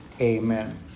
Amen